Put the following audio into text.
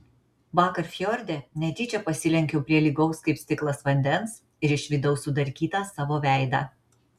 vakar fjorde netyčia pasilenkiau prie lygaus kaip stiklas vandens ir išvydau sudarkytą savo veidą